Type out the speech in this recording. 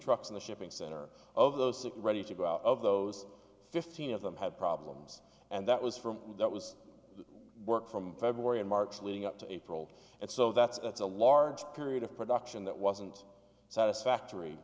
trucks in the shipping center of those six ready to go out of those fifteen of them had problems and that was from that was work from february and march leading up to april and so that's that's a large period of production that wasn't satisfactory